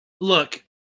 look